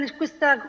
questa